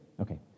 okay